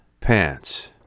pants